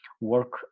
work